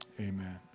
amen